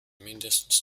mindestens